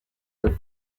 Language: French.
neuf